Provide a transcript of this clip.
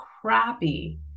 crappy